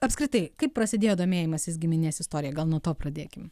apskritai kaip prasidėjo domėjimasis giminės istorija gal nuo to pradėkim